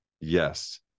yes